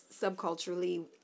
subculturally